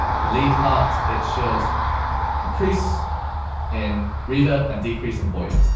the lead parts. it should increase in reverb and decrease in volume.